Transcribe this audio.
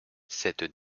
cette